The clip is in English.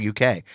UK